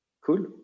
Cool